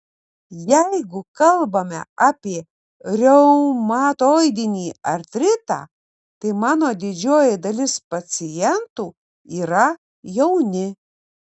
jeigu kalbame apie reumatoidinį artritą tai mano didžioji dalis pacientų yra jauni